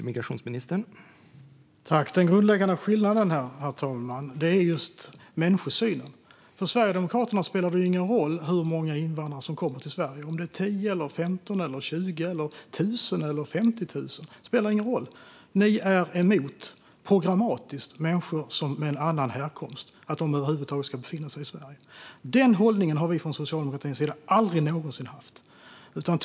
Herr talman! Den grundläggande skillnaden här är människosynen. För Sverigedemokraterna spelar det ingen roll hur många invandrare som kommer till Sverige. Om det är 10, 15 eller 20 eller 1 000 eller 50 000 spelar ingen roll. Ni är programmatiskt emot att människor med en annan härkomst över huvud taget ska befinna sig i Sverige, Jonas Andersson. Den hållningen har vi från socialdemokratins sida aldrig någonsin haft.